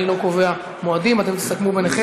אני לא קובע מועדים, אתם תסכמו ביניכם.